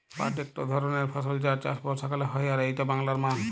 পাট একট ধরণের ফসল যার চাষ বর্ষাকালে হয় আর এইটা বাংলার মান